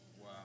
Wow